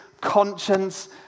conscience